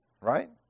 right